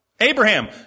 Abraham